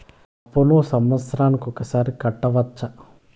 నా అప్పును సంవత్సరంకు ఒకసారి కట్టవచ్చా?